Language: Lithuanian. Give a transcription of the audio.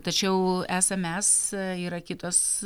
tačiau esam mes yra kitos